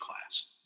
class